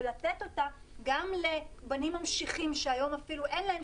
ולתת אותה גם לבנים ממשיכים שהיום אפילו אין להם,